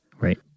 Right